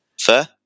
Fair